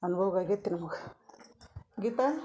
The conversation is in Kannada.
ಅನ್ಬೋಗ್ ಆಗೈತೆ ನಮ್ಗೆ ಗೀತಾ